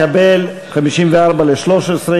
סעיף 53, משפטים ובתי-משפט, לשנת התקציב 2014,